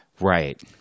Right